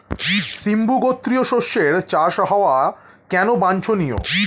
সিম্বু গোত্রীয় শস্যের চাষ হওয়া কেন বাঞ্ছনীয়?